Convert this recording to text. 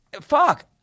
fuck